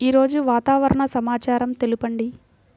ఈరోజు వాతావరణ సమాచారం తెలుపండి